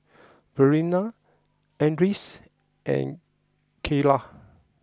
Verena Andres and Kaylah